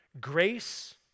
Grace